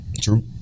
True